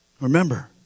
Remember